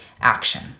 action